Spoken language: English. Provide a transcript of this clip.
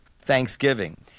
Thanksgiving